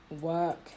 work